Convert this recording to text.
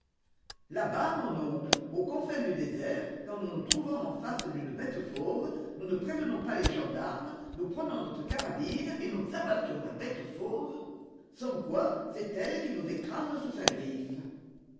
là-bas mon oncle aux confins du désert quand nous nous trouvons en face d'une bête fauve nous ne prévenons pas les gendarmes nous prenons notre carabine et nous l'abattons la bête fauve sans quoi c'est elle qui nous écrase sous sa griffe